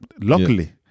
luckily